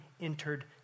entered